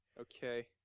Okay